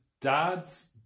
dad's